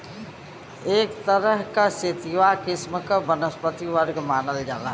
एक तरह क सेतिवा किस्म क वनस्पति वर्ग मानल जाला